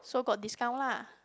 so got discount lah